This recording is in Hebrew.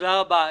תודה רבה.